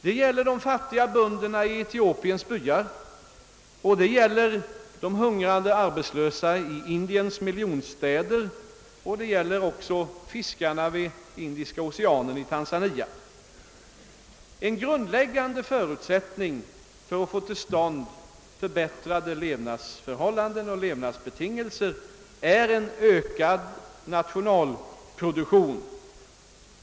Det gäller de fattiga bönderna i Etiopiens byar, de hungrande arbetslösa i Indiens miljonstäder och Tanzanias fiskare vid Indiska oceanen. En grundläggande förutsättning för att få till stånd förbättrade levnadsförhållanden och levnadsbetingelser är en ökad nationalproduktion.